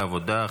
העבודה,